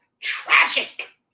tragic